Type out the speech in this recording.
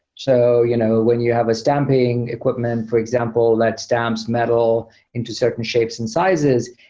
so you know when you have a stamping equipment, for example, that stamps metal into certain shapes and sizes,